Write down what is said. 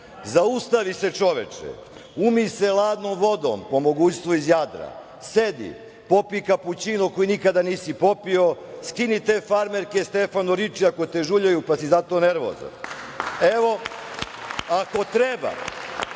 zaustavi se čoveče, umi se hladnom vodom po mogućstvu iz Jadra, sedi, popi kapućino koji nikada nisi popio, skini te farmerke „Stefano Riči“ ako te žuljaju pa si zato nervozan. Ako treba,